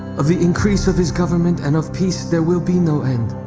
of the increase of his government and of peace there will be no end,